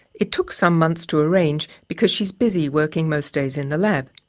it took some months to arrange, because she's busy working most days in the lab.